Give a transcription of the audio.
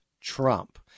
Trump